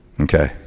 Okay